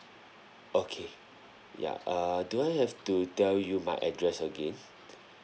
okay ya err do I have to tell you my address again